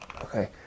Okay